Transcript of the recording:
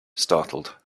startled